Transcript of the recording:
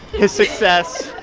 his success.